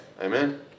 Amen